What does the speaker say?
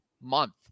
month